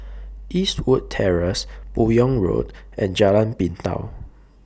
Eastwood Terrace Buyong Road and Jalan Pintau